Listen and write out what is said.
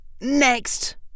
Next